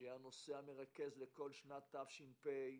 שיהיה הנושא המרכז לכל שנת תש"ף,